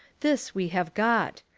this we have got.